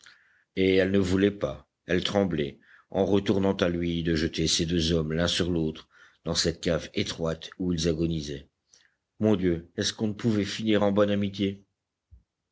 et elle ne voulait pas elle tremblait en retournant à lui de jeter ces deux hommes l'un sur l'autre dans cette cave étroite où ils agonisaient mon dieu est-ce qu'on ne pouvait finir en bonne amitié